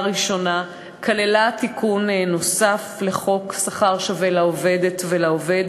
ראשונה נכלל תיקון נוסף לחוק שכר שווה לעובדת ולעובד,